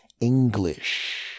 English